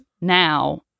now